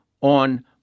on